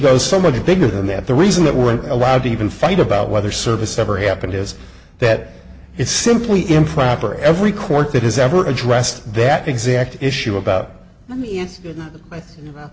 goes so much bigger than that the reason that weren't allowed to even fight about whether service ever happened is that it's simply improper every court that has ever addressed that exact issue about me and i think you